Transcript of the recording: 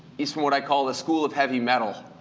he's from what i call the school of heavy metal.